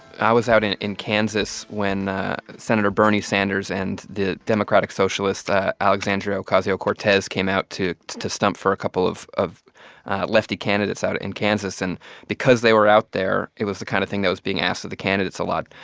i was out in in kansas when senator bernie sanders and the democratic socialist alexandria ocasio-cortez came out to to stump for a couple of of lefty candidates out in kansas and because they were out there, it was the kind of thing that was being asked of the candidates a lot.